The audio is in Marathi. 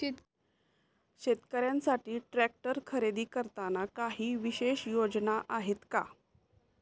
शेतकऱ्यांसाठी ट्रॅक्टर खरेदी करताना काही विशेष योजना आहेत का?